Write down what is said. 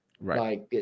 Right